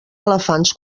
elefants